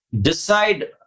decide